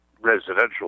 residential